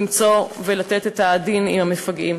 למצוא ולמצות את הדין עם המפגעים.